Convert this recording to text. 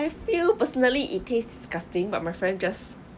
I feel personally it taste disgusting but my friend just